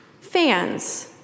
fans